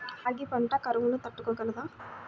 రాగి పంట కరువును తట్టుకోగలదా?